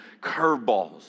curveballs